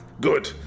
Good